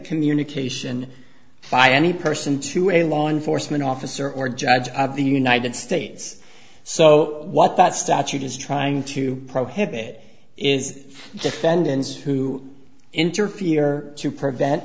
communication by any person to a law enforcement officer or judge of the united states so what that statute is trying to prohibit is defendants who interfere to prevent